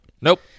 Nope